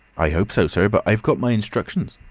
i hope so, sir but i've got my instructions.